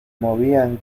movían